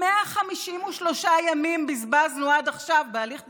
153 ימים בזבזנו עד עכשיו בהליך דמוקרטי,